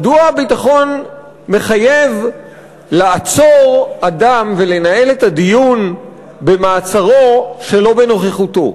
מדוע הביטחון מחייב לעצור אדם ולנהל את הדיון במעצרו שלא בנוכחותו?